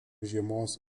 žiemos